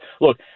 look